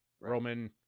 Roman